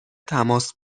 تماس